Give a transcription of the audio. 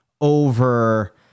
over